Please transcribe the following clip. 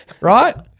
right